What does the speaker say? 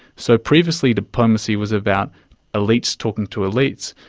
so previously diplomacy was about elites talking to elites,